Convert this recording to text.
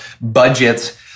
budgets